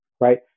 right